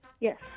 Yes